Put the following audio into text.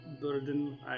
burden